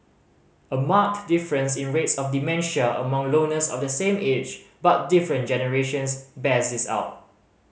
a marked difference in rates of dementia among loners of the same age but different generations bears this out